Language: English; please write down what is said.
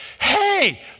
hey